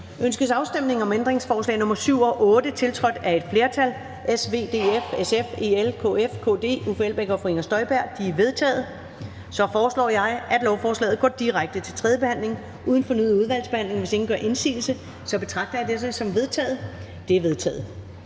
Ønskes afstemning om ændringsforslag nr. 7 og 8, tiltrådt af et flertal (S, V, DF, SF, EL, KF, KD, Uffe Elbæk (UFG) og Inger Støjberg (UFG))? De er vedtaget. Så foreslår jeg, at lovforslaget går direkte til tredje behandling uden fornyet udvalgsbehandling. Hvis ingen gør indsigelse, betragter jeg dette som vedtaget. Det er vedtaget.